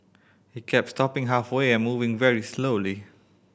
it kept stopping halfway and moving very slowly